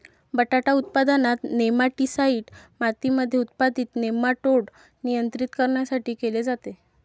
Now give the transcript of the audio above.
बटाटा उत्पादनात, नेमाटीसाईड मातीमध्ये उत्पादित नेमाटोड नियंत्रित करण्यासाठी केले जाते